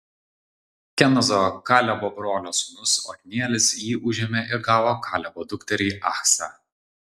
kenazo kalebo brolio sūnus otnielis jį užėmė ir gavo kalebo dukterį achsą